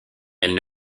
elles